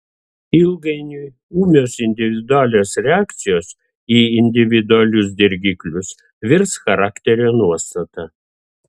ilgainiui ūmios individualios reakcijos į individualius dirgiklius virs charakterio nuostata